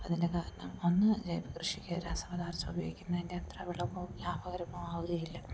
അതിൻ്റെ കാരണം ഒന്ന് ജൈവകൃഷിക്ക് രാസപദാർത്ഥം ഉപയോഗിക്കുന്നതിൻ്റെ അത്ര വിളവോ ലാഭകരമോ ആവുകയില്ല